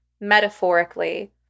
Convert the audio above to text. metaphorically